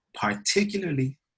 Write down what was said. particularly